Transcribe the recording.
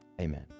Amen